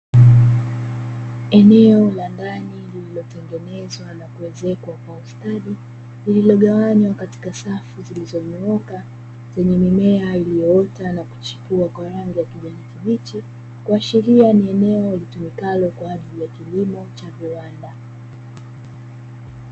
Eneo la ndani lililotengenezwa na kuezekwa kwa ustadi lililogawanywa katika safu zilizonyoroka, zenye mimea iliyoota na kuchipua kwa rangi ya kijani kibichi kuashria ni eneo litumekalo kwa ajili ya kilimo cha viwanda.